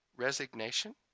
resignation